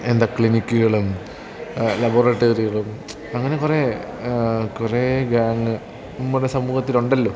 എന്താ ക്ലിനിക്കുകളും ലാബോററ്ററികളും അങ്ങനെ കുറേ കുറേ ഗാങ്ങ് നമ്മുടെ സമൂഹത്തിലുണ്ടല്ലോ